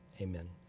amen